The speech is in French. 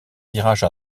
virage